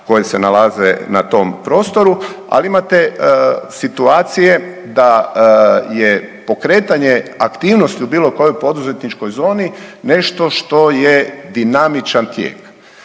koje se nalaze na tom prostoru, ali imate situacije da je pokretanje u aktivnosti u bilo kojoj poduzetničkoj zoni nešto što je dinamičan tijek,